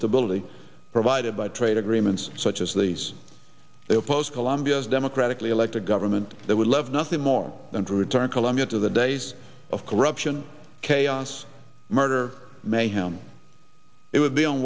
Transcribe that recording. stability provided by trade agreements such as these they oppose colombia's democratically elected government that would love nothing more than to return colombia to the days of corruption chaos murder mayhem it would be